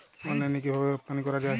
অনলাইনে কিভাবে রপ্তানি করা যায়?